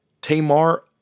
Tamar